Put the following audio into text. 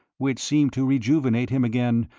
which seemed to rejuvenate him again,